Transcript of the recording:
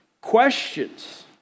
questions